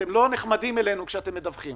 אתם לא נחמדים אלינו כשאתם מדווחים